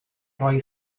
roi